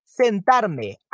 sentarme